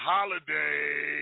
Holiday